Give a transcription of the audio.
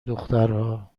دخترها